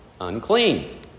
unclean